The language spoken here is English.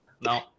No